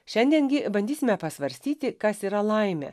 šiandien gi bandysime pasvarstyti kas yra laimė